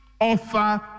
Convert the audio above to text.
offer